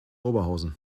oberhausen